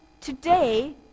Today